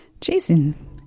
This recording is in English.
Jason